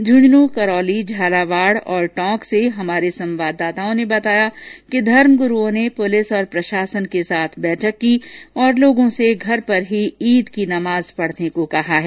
झुंझुनू करौली झालावाड और टोंक से भी हमारे संवाददाता ने बताया कि धर्मगुरूओं ने पुलिस और प्रशासन के साथ बैठक की तथा लोगों से घरों पर ही ईद की नमाज पढ़ने को कहा है